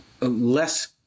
less